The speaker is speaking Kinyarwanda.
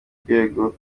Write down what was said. rwego